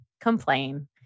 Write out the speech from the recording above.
complain